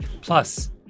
Plus